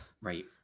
Right